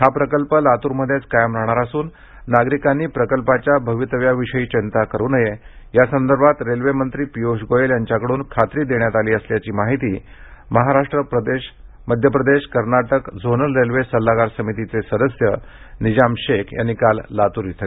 हा प्रकल्प लातूरमधेच कायम राहणार असून नागरिकांनी प्रकल्पाच्या अवितव्याविषयी चिंता करू नये यासंदर्भात रेल्वेमंत्री पीयूष गोयल यांच्याकडून खात्री देण्यात आली असल्याची माहिती महाराष्ट्र मध्यप्रदेश कर्नाटक झोनल रेल्वे सल्लागार समितीचे सदस्य निजाम शेख यांनी काल लातूर मध्ये दिली